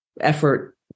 effort